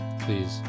please